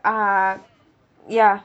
uh ya